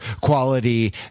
quality